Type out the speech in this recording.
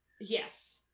Yes